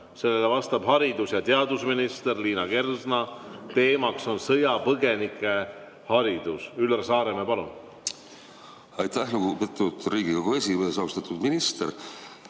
sellele vastab haridus- ja teadusminister Liina Kersna. Teema on sõjapõgenike haridus. Üllar Saaremäe, palun! Aitäh, lugupeetud Riigikogu esimees! Austatud minister!